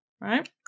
Right